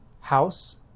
House